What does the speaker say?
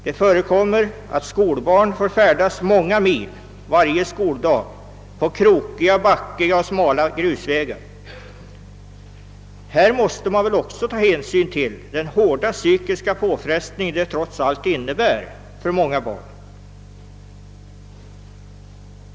Det förekommer att skolbarn får färdas många mil varje skoldag på krokiga, backiga och smala grusvägar, och det kan för många barn innebära hårda psykiska påfrestningar.